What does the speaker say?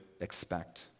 expect